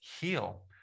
heal